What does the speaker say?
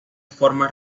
forma